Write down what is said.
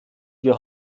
wir